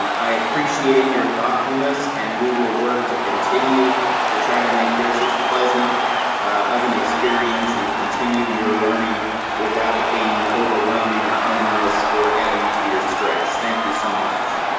um i appreciate your thoughtfulness, and we will work to continue to try to make this as pleasant of an experience and continue your learning without it being overwhelming or onerous or adding to your stress thank you so much.